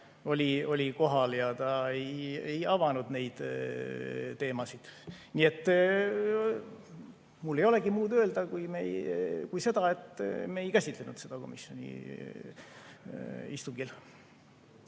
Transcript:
oli kohal ja ta ei avanud neid teemasid. Nii et mul ei olegi muud öelda kui seda, et me ei käsitlenud seda komisjoni istungil.